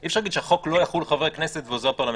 אי אפשר להגיד שהחוק לא יחול על חבר כנסת ועוזר פרלמנטרי.